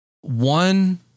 One